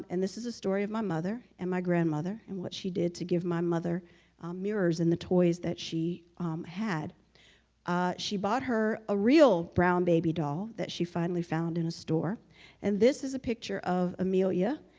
this is a story of my mother and my grandmother and what she did to give my mother mirrors and the toys that she had she bought her a real brown baby doll that she finally found in a store and this is a picture of amelia